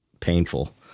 painful